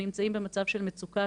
שנמצאים במצב של מצוקה,